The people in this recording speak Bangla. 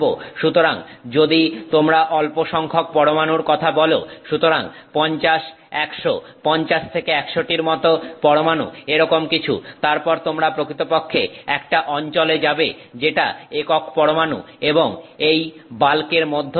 সুতরাং যদি তোমরা অল্প সংখ্যক পরমাণুর কথা বলো সুতরাং 50 100 50 থেকে 100 টির মতো পরমাণু এরকম কিছু তারপর তোমরা প্রকৃতপক্ষে একটা অঞ্চলে যাবে যেটা একক পরমাণু এবং এই বাল্কের মধ্যবর্তী